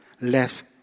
left